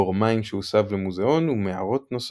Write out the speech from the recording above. בור מים שהוסב למוזיאון ומערות נוספות.